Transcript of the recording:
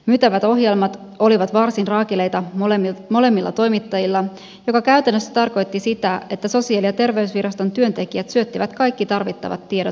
myytävät ohjelmat olivat varsin raakileita molemmilla toimittajilla mikä käytännössä tarkoitti sitä että sosiaali ja terveysviraston työntekijät syöttivät kaikki tarvittavat tiedot ohjelmaan itse